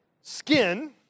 skin